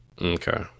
Okay